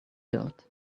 built